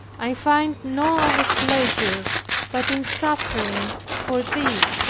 i find no other pleasure but in suffering for thee.